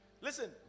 Listen